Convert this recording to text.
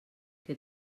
que